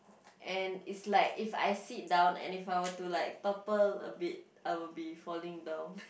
and it's like if I sit down and if I were to like topple a bit I will be falling down